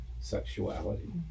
sexuality